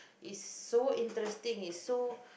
is so interesting it's so